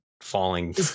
falling